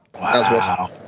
Wow